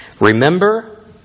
Remember